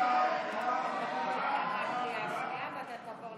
ההסתייגות של קבוצת סיעת הליכוד,